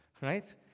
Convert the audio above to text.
Right